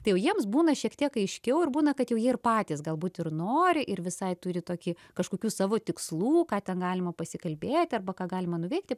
tai jau jiems būna šiek tiek aiškiau ir būna kad jau jie ir patys galbūt ir nori ir visai turi tokį kažkokių savo tikslų ką ten galima pasikalbėti arba ką galima nuveikti